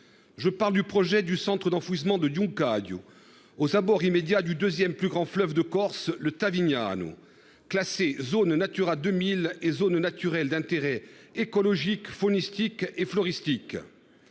Je parle du projet du centre d'enfouissement de Donka adios aux abords immédiats du 2ème plus grand fleuve de Corse le Tasigna nous classé zone Natura 2000 et zone naturelle d'intérêt écologique, faunistique et floristique.